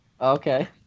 Okay